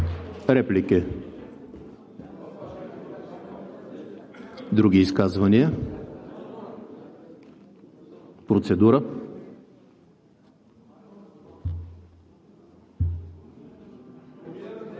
Реплики? Други изказвания? Процедура